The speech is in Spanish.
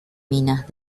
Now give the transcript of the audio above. minas